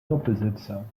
doppelsitzer